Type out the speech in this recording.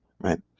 right